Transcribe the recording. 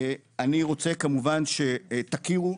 אני רוצה כמובן שתכירו,